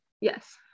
Yes